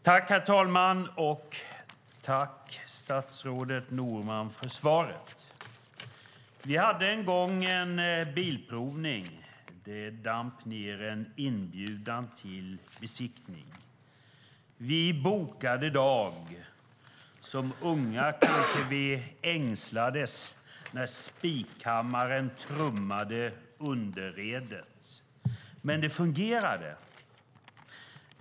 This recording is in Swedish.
Herr talman! Jag tackar statsrådet Norman för svaret. Vi hade en gång en bilprovning. Det damp ned en inbjudan till besiktning. Vi bokade dag. Som unga kanske vi ängslades när spikhammaren trummade underredet. Men det fungerade.